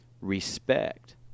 Respect